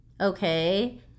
okay